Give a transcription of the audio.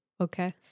Okay